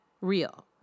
real